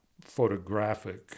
photographic